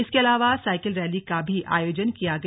इसके अलावा cycle rally का भी आयोजन किया गया